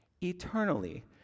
Eternally